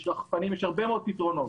יש רחפנים ויש הרבה מאוד פתרונות.